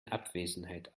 abwesenheit